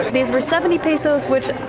these were seventy pesos, which,